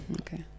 Okay